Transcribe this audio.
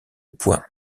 poids